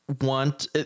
want